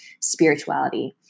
spirituality